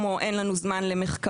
כמו אין לנו זמן למחקרים,